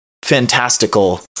Fantastical